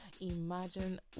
imagine